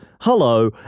Hello